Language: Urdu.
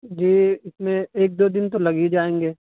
جی اس میں ایک دو دن تو لگ ہی جائیں گے